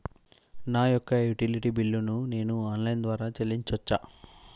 నా యొక్క utility bill ను నేను ఆన్ లైన్ ద్వారా చెల్లించొచ్చా?